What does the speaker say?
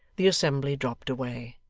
the assembly dropped away.